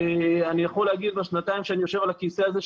אני יכול להגיד מהשנתיים שאני יושב על הכיסא הזה,